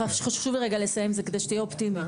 חשוב לי לסיים עם זה כדי שתהיה אופטימי.